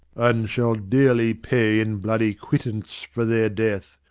and shall dearly pay in bloody quittance for their death,